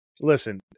listen